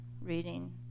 reading